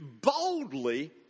boldly